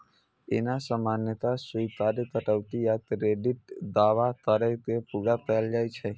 एना सामान्यतः स्वीकार्य कटौती आ क्रेडिटक दावा कैर के पूरा कैल जाइ छै